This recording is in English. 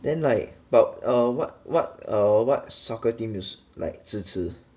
then like about err what what err what soccer team you like 支持